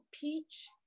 peach